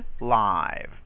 live